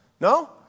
No